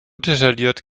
detailliert